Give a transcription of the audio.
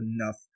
enough